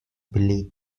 billy